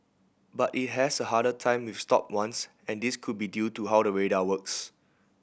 but it has a harder time with stopped ones and this could be due to how the radar works